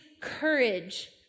courage